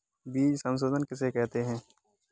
बीज शोधन किसे कहते हैं?